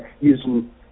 using